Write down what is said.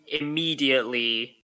immediately